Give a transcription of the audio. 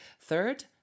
Third